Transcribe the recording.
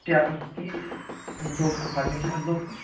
ক্রান্তি দোকান ফার্নিচারের দোকান